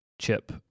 chip